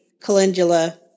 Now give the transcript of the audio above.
calendula